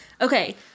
Okay